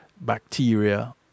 bacteria